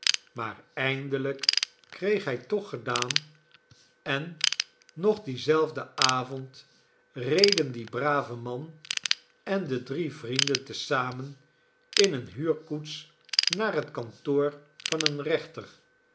maar eindelijk kreeg hij toch gedaan en nog dien zelfden avond reden die brave man en de drie vrienden te zamen in eene huurkoets naar het kantoor van een rechter